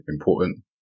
important